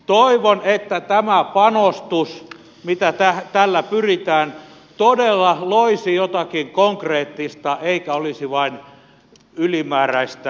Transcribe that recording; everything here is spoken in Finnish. toivon että tämä panostus mihin tällä pyritään todella loisi jotakin konkreettista eikä olisi vain ylimääräistä tukemista